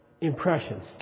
impressions